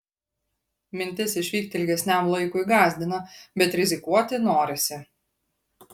mintis išvykti ilgesniam laikui gąsdina bet rizikuoti norisi